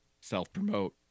self-promote